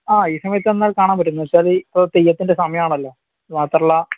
ആ ഈ സമയത്ത് വന്നാൽ കാണാൻ പറ്റും എന്നു വച്ചാൽ ഇപ്പോൾ തെയ്യത്തിൻ്റെ സമയം ആണല്ലോ മാത്രമല്ല